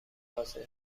واسه